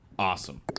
awesome